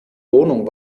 wohnung